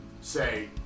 say